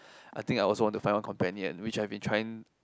I think I also want to find one companion which I have been trying